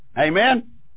Amen